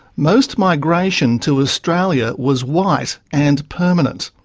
most migration to australia was white, and permanent.